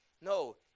No